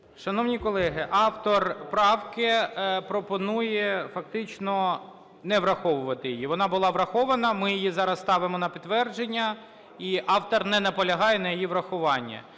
Шановні колеги, автор правки пропонує, фактично, не враховувати її. Вона була врахована, ми її зараз ставимо на підтвердження, і автор не наполягає на її врахуванні.